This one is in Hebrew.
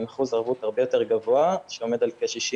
עם אחוז ערבות הרבה יותר גבוה, שעומד על כ-60%.